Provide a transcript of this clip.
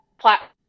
platform